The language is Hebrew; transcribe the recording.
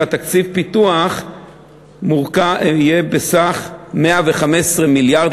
ותקציב הפיתוח יהיה בסך 115 מיליארד,